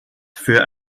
für